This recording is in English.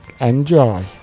enjoy